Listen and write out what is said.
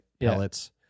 pellets